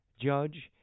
Judge